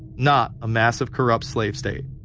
not a massive corrupt slave state.